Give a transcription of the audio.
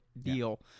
deal